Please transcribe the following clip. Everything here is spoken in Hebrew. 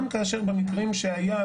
וברוב המקרים גם מאמצים זאת.